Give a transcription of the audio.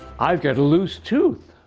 i've got a loose tooth.